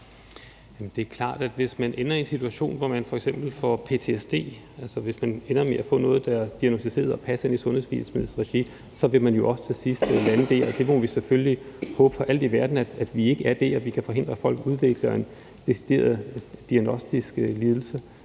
klart, at hvis man ender i en situation, hvor man f.eks. får ptsd, altså hvis man ender med at få noget, der er diagnosticeret, og passe ind i sundhedsvæsenets regi, vil man jo også til sidst lande der, og det må vi selvfølgelig håbe for alt i verden, at vi ikke er der, at vi kan forhindre, at folk udvikler en decideret diagnostisk lidelse,